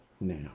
now